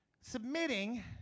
submitting